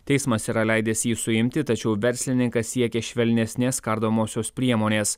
teismas yra leidęs jį suimti tačiau verslininkas siekė švelnesnės kardomosios priemonės